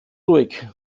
ruhig